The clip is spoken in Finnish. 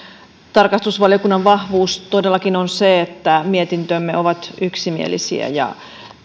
tarkastusvaliokunnan vahvuus todellakin on se että mietintömme ovat yksimielisiä ja